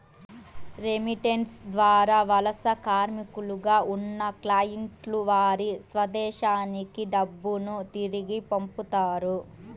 remittance ద్వారా వలస కార్మికులుగా ఉన్న క్లయింట్లు వారి స్వదేశానికి డబ్బును తిరిగి పంపుతారు